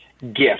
gift